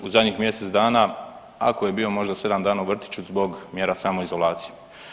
U zadnjim mjesec dana ako je bio možda 7 dana u vrtiću zbog mjera samoizolacije.